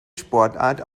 sportart